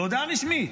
בהודעה רשמית,